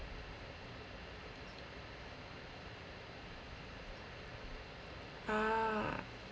ah